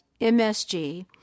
MSG